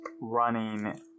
running